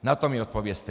Na to mi odpovězte!